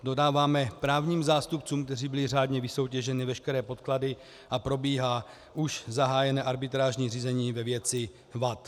Dodáváme právním zástupcům, kteří byli řádně vysoutěženi, veškeré podklady a probíhá už zahájené arbitrážní řízení ve věci vad.